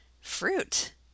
fruit